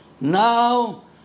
Now